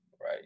right